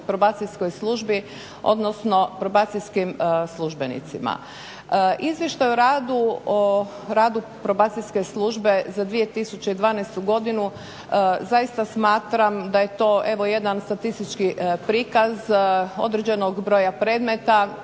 Probacijskoj službi odnosno probacijskim službenicima. Izvještaj o radu Probacijske službe za 2012. godinu zaista smatram da je to evo jedan statistički prikaz određenog broja predmeta